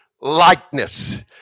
likeness